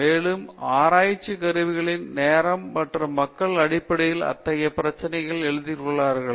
மேலும் ஆராய்ச்சிக் கருவிகளின் நேரம் மற்றும் மக்கள் அடிப்படையில் அத்தகைய பிரச்சினைகளை எதிர்கொள்கின்றனர்